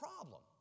problem